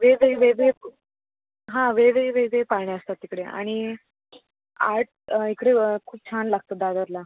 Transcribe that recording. वेगळे वेगळे खू हां वेगळे वेगळे पाळणे असतात तिकडे आणि आर्ट इकडे खूप छान लागतं दादरला